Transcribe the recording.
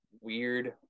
weird